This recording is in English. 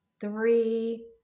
three